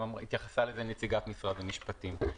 התייחסה לזה גם נציגת משרד המשפטים.